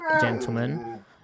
gentlemen